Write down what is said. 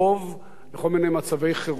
וכל מיני מצבי חירום מיוחדים,